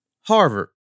Harvard